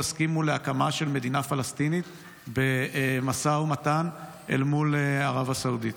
תסכימו להקמה של מדינה פלסטינית במשא ומתן אל מול ערב הסעודית?